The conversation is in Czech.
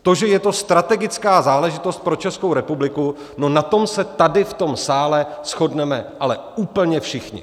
To, že je to strategická záležitost pro Českou republiku, na tom se tady v tom sále shodneme ale úplně všichni.